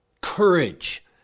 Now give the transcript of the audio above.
Courage